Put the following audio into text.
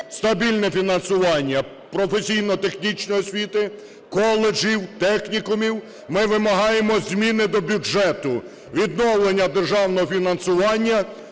стабільне фінансування професійно-технічної освіти: коледжів, технікумів, - ми вимагаємо зміни до бюджету, відновлення державного фінансування